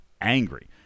angry